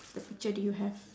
the picture do you have